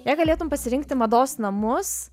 jei galėtum pasirinkti mados namus